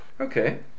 okay